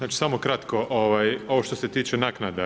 Ja ću samo kratko ovo što se tiče naknada.